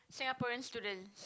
Singaporean students